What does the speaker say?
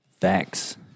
facts